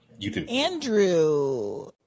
Andrew